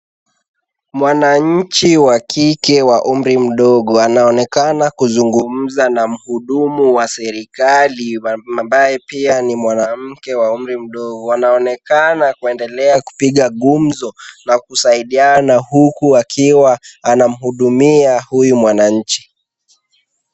Mwananchi wa kike wa umri mdogo anaonekana kuzungumza na mhudumu wa serikali ambaye pia ni mwanamke wa umri mdogo. Wanaonekana kuendelea kupiga gumzo na kusaidiana huku akiwa anamhudumia huyu mwananchi.